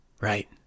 Right